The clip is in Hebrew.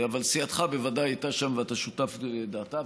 אבל סיעתך בוודאי הייתה שם, ואתה שותף לדעתה.